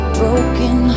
broken